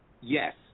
Yes